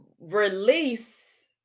release